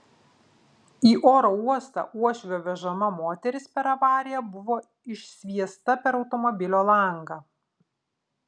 į oro uostą uošvio vežama moteris per avariją buvo išsviesta per automobilio langą